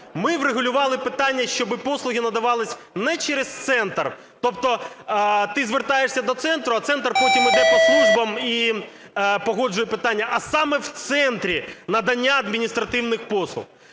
Ми врегулювали питання, щоб послуги надавались не через центр (тобто ти звертаєшся до центру, а центр потім іде по службам і погоджує питання), а саме в центрі надання адміністративних послуг.